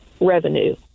revenue